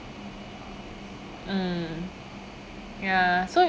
mm ya so